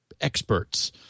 experts